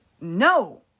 No